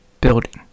building